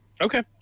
Okay